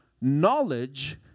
knowledge